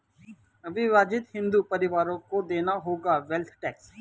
अविभाजित हिंदू परिवारों को देना होगा वेल्थ टैक्स